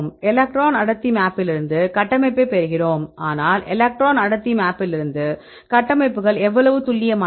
electron அடர்த்தி மேப்பிலிருந்து கட்டமைப்பைப் பெறுகிறோம் ஆனால் எலக்ட்ரான் அடர்த்தி மேப்பிலிருந்து கட்டமைப்புகள் எவ்வளவு துல்லியமானவை